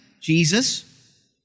Jesus